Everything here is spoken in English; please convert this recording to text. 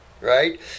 Right